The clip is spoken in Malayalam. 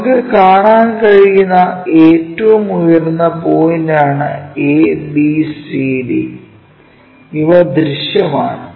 നമുക്ക് കാണാൻ കഴിയുന്ന ഏറ്റവും ഉയർന്ന പോയിന്റാണ് ABCD ഇവ ദൃശ്യമാണ്